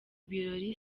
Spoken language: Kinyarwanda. ibirori